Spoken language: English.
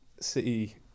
City